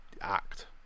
act